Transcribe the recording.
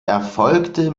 erfolgte